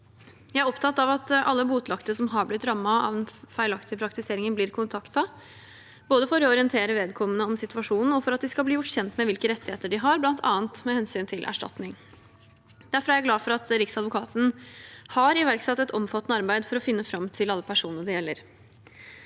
Jeg er opptatt av at alle bøtelagte som har blitt rammet av den feilaktige praktiseringen, blir kontaktet, både for å orientere vedkommende om situasjonen og for at de skal bli gjort kjent med hvilke rettigheter de har, bl.a. med hensyn til erstatning. Derfor er jeg glad for at Riksadvokaten har iverksatt et omfattende arbeid for å finne fram til alle personene det gjelder.